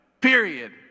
period